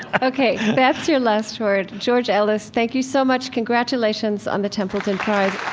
ok. that's your last word. george ellis, thank you so much. congratulations on the templeton prize